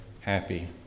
happy